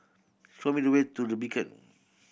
show me the way to The Beacon